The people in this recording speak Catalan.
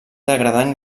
degradant